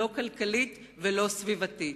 לא כלכלית ולא סביבתית.